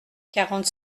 quarante